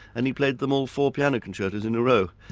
and he played them all four piano concertos in a row.